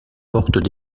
portent